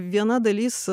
viena dalis